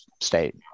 state